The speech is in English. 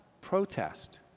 protest